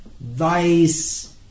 vice